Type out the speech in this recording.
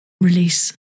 release